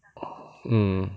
mm